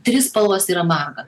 trys spalvos yra maga